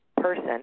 person